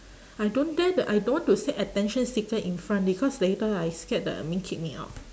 I don't dare to I don't want to say attention seeker in front because later I scared the admin kick me out